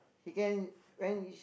it can when